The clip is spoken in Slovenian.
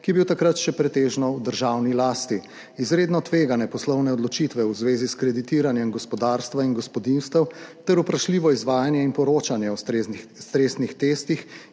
ki je bil takrat še pretežno v državni lasti. Izredno tvegane poslovne odločitve v zvezi s kreditiranjem gospodarstva in gospodinjstev ter vprašljivo izvajanje in poročanje o stresnih testih